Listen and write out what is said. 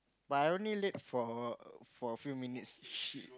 but I only late for for a few minutes shit